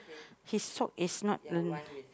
his sock is not a